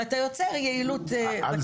ואתה יוצר יעילות בתהליך.